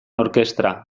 orkestra